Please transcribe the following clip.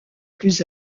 plus